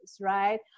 right